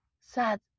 sad